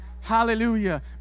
Hallelujah